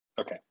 Okay